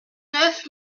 neuf